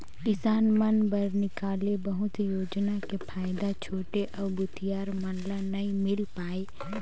किसान मन बर निकाले बहुत योजना के फायदा छोटे अउ भूथियार मन ल नइ मिल पाये